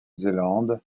zélande